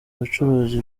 ubucuruzi